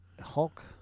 Hulk